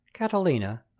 Catalina